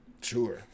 sure